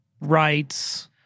rights